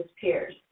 peers